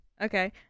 Okay